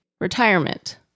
Retirement